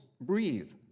breathe